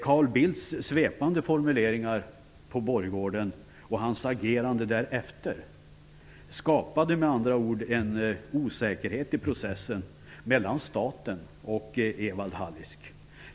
Carl Bildts svepande formuleringar på borggården och hans agerande därefter skapade med andra ord en osäkerhet i processen mellan staten och Evald Hallisk.